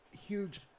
huge